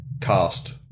cast